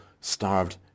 starved